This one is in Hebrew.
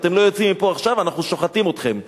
אם אתם לא יוצאים מפה עכשיו, אנחנו שוחטים אתכם.